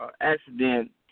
accident